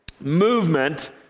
movement